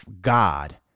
God